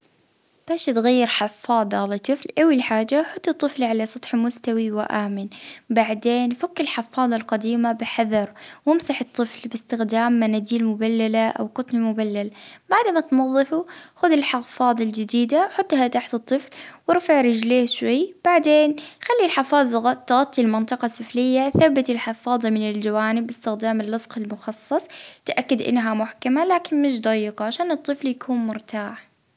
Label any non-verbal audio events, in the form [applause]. اه باش تغير [hesitation] حفاضة أو شمال لطفل، أول حاجة جهز كل الأدوات حفاضة جديدة ومناديل مبللة وكريم وقاية لو يلزم حط الطفل فوج اه سطح نضيف وآمن اه نحول الحفاضة القديمة بشوية اه نضف المنطقة بمناديل المبللة وبعدها نشف الجلد مليح واستعمل كريم اذا لزم الأمر وحط الحفاضة الجديدة تحت الطفل وبعدها سدها بإحكام دون ما تضغط هالبا يعنى.